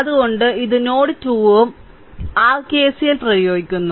അതിനാൽ ഇത് നോഡ് 2 ഉം r കെസിഎൽ പ്രയോഗിക്കുന്നു